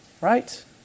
right